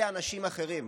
אלה אנשים אחרים.